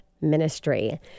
ministry